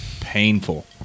painful